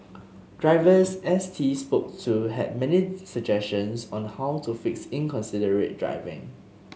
drivers S T spoke to had many suggestions on how to fix inconsiderate driving